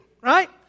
right